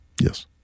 Yes